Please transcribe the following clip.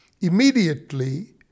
Immediately